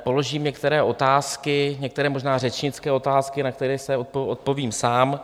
Položím některé otázky, některé možná řečnické otázky, na které si odpovím sám.